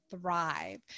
thrive